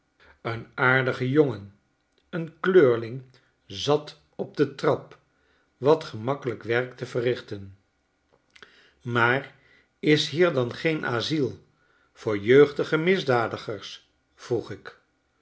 als hij eenaardigejongen een kleurling zat op de trap wat gemakkelijk werk te verrichten maarishier dan geenasyl voor jeugdige misdadigers vroeg ik